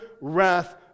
wrath